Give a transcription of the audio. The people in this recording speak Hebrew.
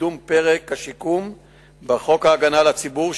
קידום פרק השיקום בחוק ההגנה על הציבור,